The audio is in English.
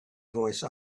voice